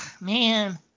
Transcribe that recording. man